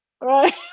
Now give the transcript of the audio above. right